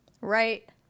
Right